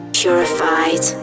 purified